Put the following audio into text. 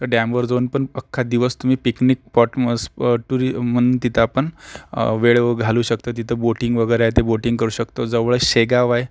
तर डॅमवर जाऊन पण अख्खा दिवस तुम्ही पिकनिक पॉट म टूरि म्हणून तिथं आपण वेळ घालू शकतो तिथं बोटिंग वगैरे आहे ते बोटिंग करू शकतो जवळच शेगाव आहे